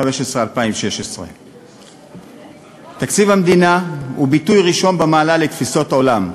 2016. תקציב המדינה הוא ביטוי ראשון במעלה לתפיסות עולם,